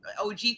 OG